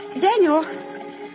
Daniel